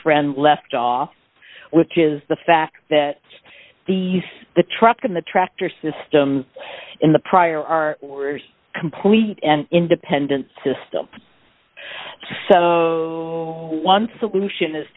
friend left off which is the fact that the use the truck and the tractor systems in the prior are complete and independent system so one solution is